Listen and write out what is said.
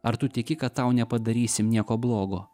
ar tu tiki kad tau nepadarysim nieko blogo